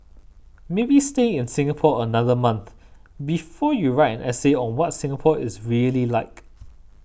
maybe stay in Singapore another month before you write an essay on what's Singapore is really like